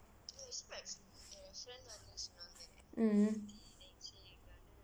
mmhmm